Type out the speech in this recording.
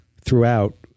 throughout